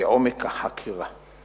כעומק החקירה.